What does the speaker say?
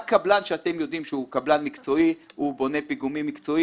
רק קבלן שאתם יודעים שהוא בונה פיגומים מקצועי